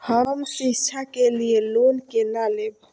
हम शिक्षा के लिए लोन केना लैब?